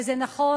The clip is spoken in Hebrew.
וזה נכון,